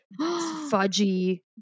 Fudgy